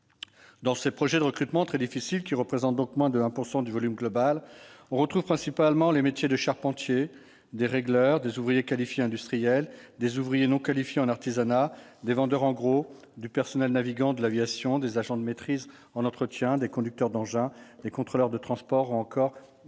Dans ces projets de recrutement très difficiles qui représentent donc moins de 1 % du volume global, on retrouve principalement les métiers de charpentier, de régleur, d'ouvrier qualifié industriel, d'ouvrier non qualifié en artisanat, de vendeur en gros, de personnel navigant de l'aviation, d'agent de maîtrise en entretien, de conducteur d'engins, de contrôleur de transports ou encore de concierge.